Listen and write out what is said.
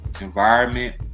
environment